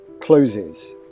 closes